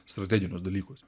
strateginius dalykus